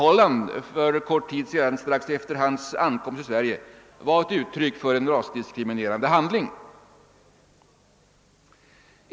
Holland för en kort tid sedan strax efter hans ankomst till Sverige var ett uttryck för en rasdiskriminerande handling.